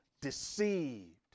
deceived